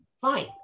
fine